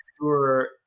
sure